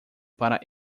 para